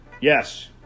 Yes